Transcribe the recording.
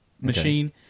machine